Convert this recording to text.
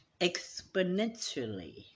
exponentially